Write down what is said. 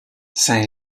saint